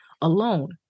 alone